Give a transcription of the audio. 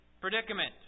predicament